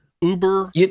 Uber